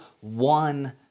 one